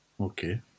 Okay